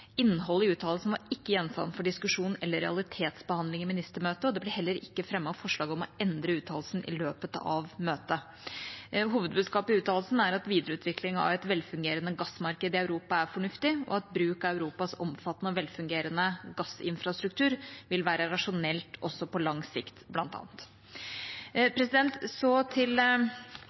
«Innholdet i uttalelsen var ikke gjenstand for diskusjon eller realitetsbehandling i ministermøtet. Det ble heller ikke fremmet forslag om å endre uttalelsen i løpet av møtet Uttalelsens hovedbudskap er at videreutvikling av et velfungerende gassmarked i Europa er fornuftig og at bruk av Europas omfattende og velfungerende gassinfrastruktur vil være rasjonelt også på langt sikt» – bl.a. Til